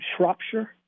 Shropshire